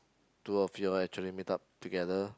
two of you all actually meet up together